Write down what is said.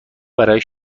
برای